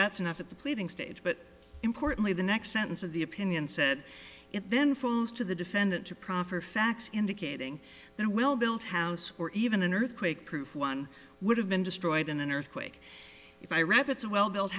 that's enough at the pleading stage but importantly the next sentence of the opinion said it then falls to the defendant to proffer facts indicating their will built houses or even an earthquake proof one would have been destroyed in an earthquake if i read it's a well buil